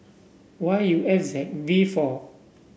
Y U F Z V four